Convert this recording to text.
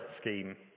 scheme